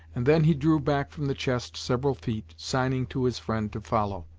and then he drew back from the chest several feet, signing to his friend to follow.